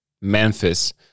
Memphis